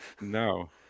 no